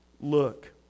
Look